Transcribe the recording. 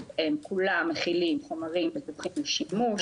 הם כולם מכילים חומרים מותרים לשימוש,